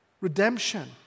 Redemption